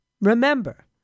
Remember